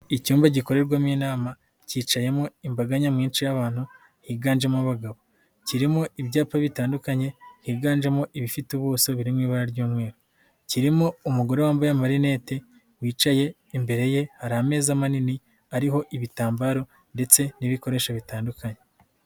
Icyumba gikorerwamo inama, kicayemo imbaga nyamwinshi y'abantu, higanjemo abagabo. kirimo ibyapa bitandukanye, higanjemo ibifite ubuso birimo mu ibara ry'umweru. Kirimo umugore wambaye amarinete, wicaye imbere ye hari ameza manini, ariho ibitambaro, ndetse n'ibikoresho bitandukanye.